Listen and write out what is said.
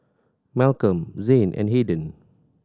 Malcom Zayne and Hayden